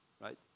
right